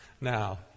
now